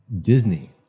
disney